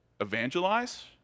evangelize